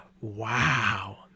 Wow